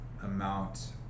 amount